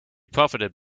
profited